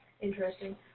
interesting